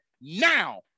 now